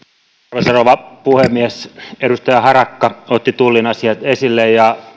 arvoisa rouva puhemies edustaja harakka otti tullin asiat esille ja